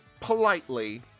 politely